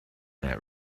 that